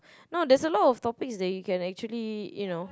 no there's a lot of topics that you can actually you know